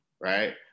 right